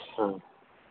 ആ